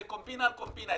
זה קומבינה על קומבינה.